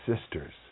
sisters